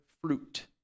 fruit